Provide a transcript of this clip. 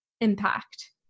impact